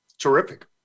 Terrific